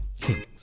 Kings